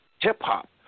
hip-hop